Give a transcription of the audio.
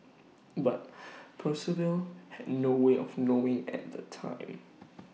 but Percival had no way of knowing at the time